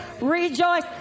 Rejoice